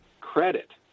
credit